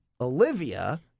Olivia